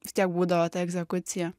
vis tiek būdavo ta egzekucija